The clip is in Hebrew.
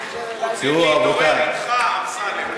רוצים להתעורר אתך, אמסלם.